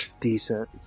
Decent